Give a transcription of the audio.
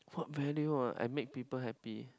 what value ah I make people happy